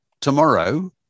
tomorrow